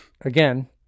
again